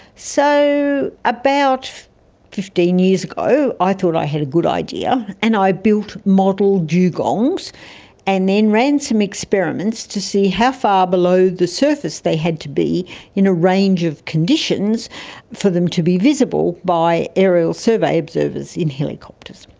so about fifteen years ago i thought i had a good idea, and i built model dugongs and then ran some experiments to see how far below the surface they had to be in a range of conditions for them to be visible by aerial survey observers in helicopters.